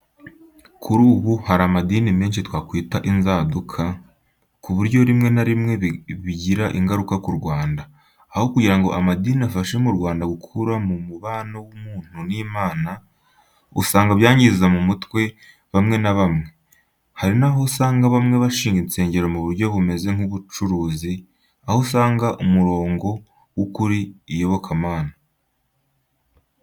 Kuri ubu hari amadini menshi twakwita “Inzanduka,” ku buryo rimwe na rimwe bigira ingaruka ku Rwanda. Aho kugira ngo amadini afashe mu gukura mu mubano w’umuntu n’Imana, usanga byangiza mu mutwe bamwe na bamwe. Hari naho usanga bamwe bashinga insengero mu buryo bumeze nk’ubucuruzi aho guha umurongo w’ukuri iyobokamana.